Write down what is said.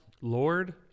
Lord